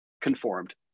conformed